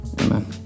amen